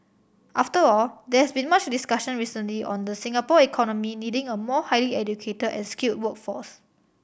after all there has been much discussion recently on the Singapore economy needing a more highly educated and skilled workforce